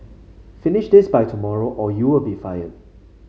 finish this by tomorrow or you'll be fired